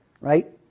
right